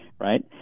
right